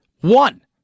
One